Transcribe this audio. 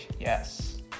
Yes